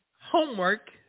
homework